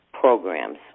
programs